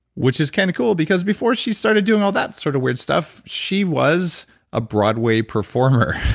which is kind of cool, because before she started doing all that sort of weird stuff she was a broadway performer.